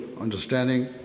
understanding